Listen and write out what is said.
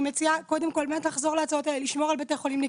אני מציעה קודם כל לשמור על בתי חולים נקיים,